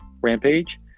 Rampage